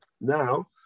now